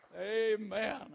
Amen